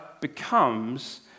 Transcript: becomes